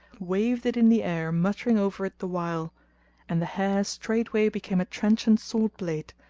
waved it in the air muttering over it the while and the hair straightway became a trenchant sword blade,